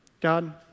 God